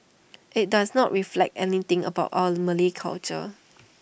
IT does not reflect anything about our Malay culture